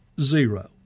zero